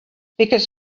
because